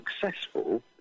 successful